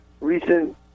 recent